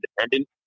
independent